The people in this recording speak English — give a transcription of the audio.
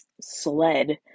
SLED